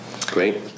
Great